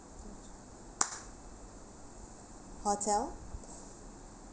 hotel